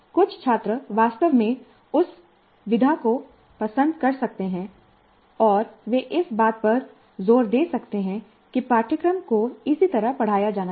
कुछ छात्र वास्तव में उस विधा को पसंद कर सकते हैं और वे इस बात पर जोर दे सकते हैं कि पाठ्यक्रम को इसी तरह पढ़ाया जाना चाहिए